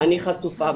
אני חשופה.